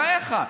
בחייך.